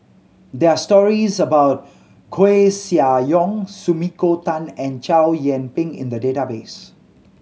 there are stories about Koeh Sia Yong Sumiko Tan and Chow Yian Ping in the database